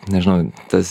nežinau tas